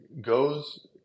goes